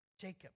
Jacob